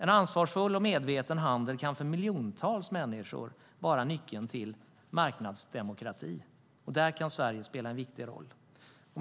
En ansvarsfull och medveten handel kan för miljontals människor vara nyckeln till marknadsdemokrati. Där kan Sverige spela en viktig roll.